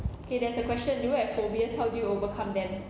okay there's a question do you have phobias how do you overcome them